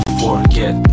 forget